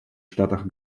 штатах